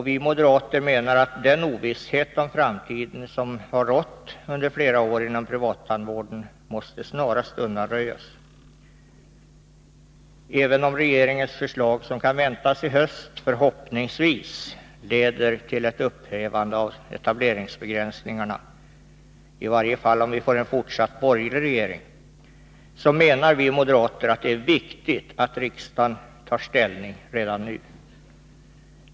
Vi moderater anser att den ovisshet inför framtiden som under flera år har rått inom privattandvården snarast måste undanröjas. Även om regeringens förslag, som kan väntas i höst, förhoppningsvis leder till ett upphävande av etableringsbegränsningarna, i varje fall om vi får en fortsatt borgerlig regering, anser vi moderater att det är viktigt att riksdagen tar ställning redan nu.